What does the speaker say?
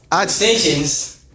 Extensions